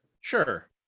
Sure